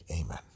Amen